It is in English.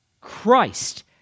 Christ